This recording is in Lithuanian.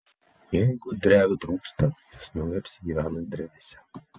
jeigu drevių trūksta jos mielai apsigyvena drevėse